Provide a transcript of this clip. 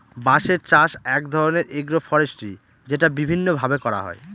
বাঁশের চাষ এক ধরনের এগ্রো ফরেষ্ট্রী যেটা বিভিন্ন ভাবে করা হয়